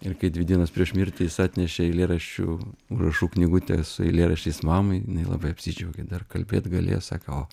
ir kai dvi dienas prieš mirtį jis atnešė eilėraščių užrašų knygutę su eilėraščiais mamai jinai labai apsidžiaugė dar kalbėt galėjo sako o